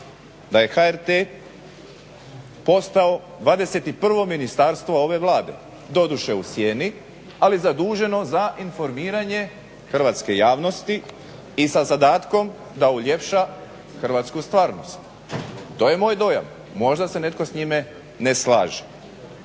da je HRT postao dvadeset i prvo ministarstvo ove Vlade doduše u sijeni, ali zaduženo za informiranje hrvatske javnosti i sa zadatkom da uljepša hrvatsku stvarnost. To je moj dojam, možda se netko s njime ne slaže.